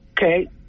Okay